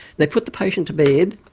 they put the patient to bed,